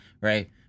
right